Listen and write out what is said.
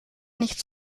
nicht